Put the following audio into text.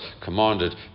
commanded